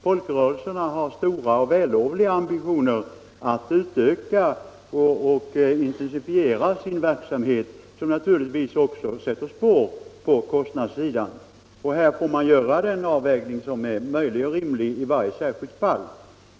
De har stora och vällovliga ambitioner att utöka och intensifiera sin verksamhet, vilket naturligtvis också sätter spår på kostnadssidan. Här får man avväga vad som är möjligt och rimligt i varje särskilt fall.